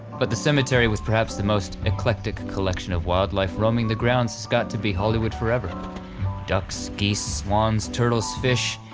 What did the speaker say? but the cemetery was perhaps the most eclectic collection of wildlife roaming the grounds has got to be hollywood forever ducks, geese, swans, turtles, fish,